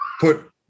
put